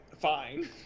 fine